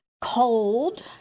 cold